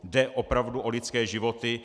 Jde opravdu o lidské životy.